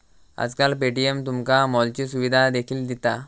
आजकाल पे.टी.एम तुमका मॉलची सुविधा देखील दिता